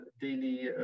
daily